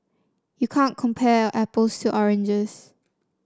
you can't compare apples to oranges